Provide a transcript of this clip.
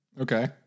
Okay